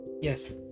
yes